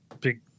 big